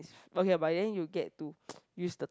okay but then you get to use the